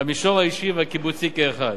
במישור האישי והקיבוצי כאחד.